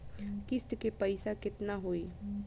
किस्त के पईसा केतना होई?